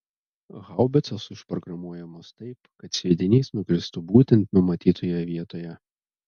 haubicos užprogramuojamos taip kad sviedinys nukristų būtent numatytoje vietoje